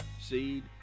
seed